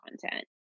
content